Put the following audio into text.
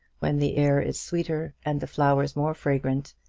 when the air is sweeter and the flowers more fragrant,